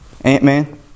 Ant-Man